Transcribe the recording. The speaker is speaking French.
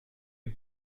une